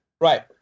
Right